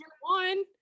one